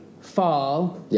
fall